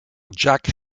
jack